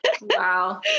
Wow